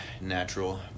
natural